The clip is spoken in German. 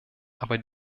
aber